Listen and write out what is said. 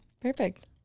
Perfect